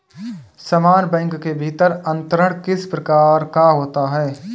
समान बैंक के भीतर अंतरण किस प्रकार का होता है?